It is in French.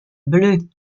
bleue